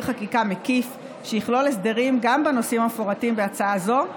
חקיקה מקיף שיכלול הסדרים גם בנושאים המפורטים בהצעה זו :